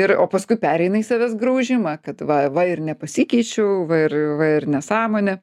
ir o paskui pereina į savęs graužimą kad va va ir nepasikeičiau va ir va ir nesąmonė